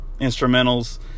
instrumentals